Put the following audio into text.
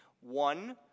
One